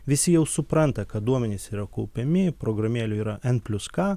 visi jau supranta kad duomenys yra kaupiami programėlių yra n plius k